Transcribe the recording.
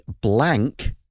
blank